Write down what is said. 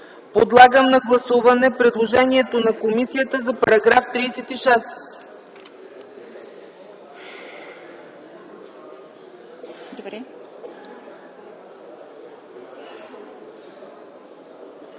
Подлагам на гласуване предложението на комисията за редакция